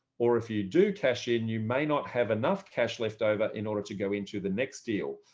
or if you do cash in, you may not have enough cash left over in order to go into the next deal.